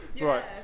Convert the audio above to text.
Right